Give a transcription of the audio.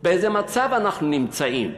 באיזה מצב אנחנו נמצאים?